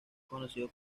conocido